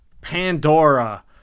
Pandora